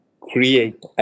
create